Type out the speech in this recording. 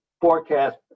forecast